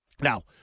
Now